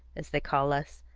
as they call us,